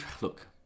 look